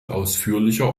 ausführlicher